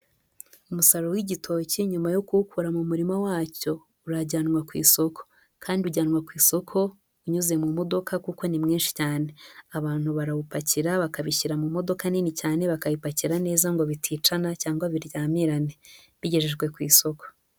Umusaruro w'igitoki, nyuma yo kuwukora mu murima wacyo, urajyanwa ku isoko kandi ujyanwa ku isoko unyuze mu modoka kuko ni mwinshi cyane. Abantu barawupakira, bakabishyira mu modoka nini cyane, bakayipakira neza ngo biticana cyangwa biryamirane. Bigejejwe ku isoko.